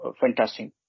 Fantastic